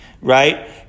Right